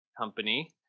company